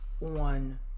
on